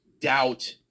Doubt